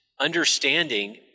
understanding